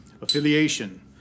Affiliation